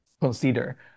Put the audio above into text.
consider